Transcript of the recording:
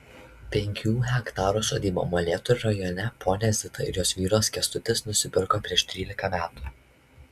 penkių hektarų sodybą molėtų rajone ponia zita ir jos vyras kęstutis nusipirko prieš trylika metų